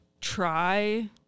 try